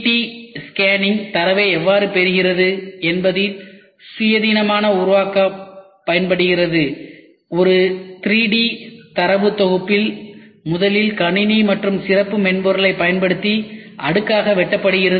D scanning தரவை எவ்வாறு பெறுகிறது என்பதிலிருந்து சுயாதீனமாக உருவாக்க பயன்படுகிறது ஒரு 3D தரவு தொகுப்பு முதலில் கணினி மற்றும் ஒரு சிறப்பு மென்பொருளைப் பயன்படுத்தி அடுக்காக வெட்டப்படுகிறது